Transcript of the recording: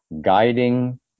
guiding